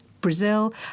Brazil